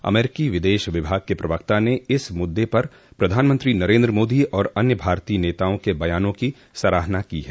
अमरीकी विदेश विभाग के प्रवक्ता ने इस मुद्दे पर प्रधानमंत्री नरेन्द्र मोदी और अन्य भारतीय नेताओं के बयानों की सराहना की है